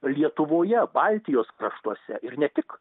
lietuvoje baltijos kraštuose ir ne tik